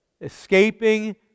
escaping